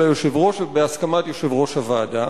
היושב-ראש ובהסכמת יושב-ראש הוועדה,